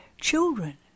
children